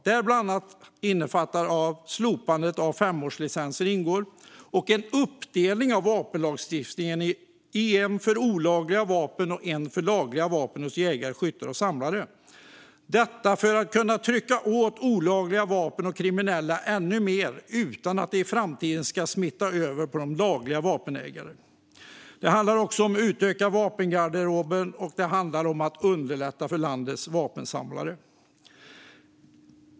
Där ingår bland annat slopandet av femårslicenser och en uppdelning av vapenlagstiftningen i en del för olagliga vapen och en del för lagliga vapen hos jägare, skyttar och samlare - detta för att man ska kunna komma åt olagliga vapen och kriminella ännu mer utan att det i framtiden ska smitta över på lagliga vapenägare. Det handlar också om att utöka vapengarderoben, och det handlar om att underlätta för landets vapensamlare.